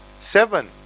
Seven